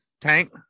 Tank